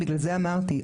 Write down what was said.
לכן אמרתי,